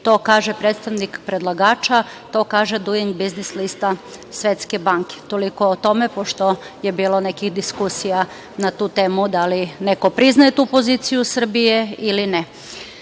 to kaže predstavnik predlagača, nego to kaže Duing biznis lista Svetske banke. Toliko o tome, pošto je bilo nekih diskusija na tu temu da li neko priznaje tu poziciju Srbije ili ne,